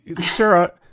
Sarah